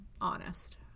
honest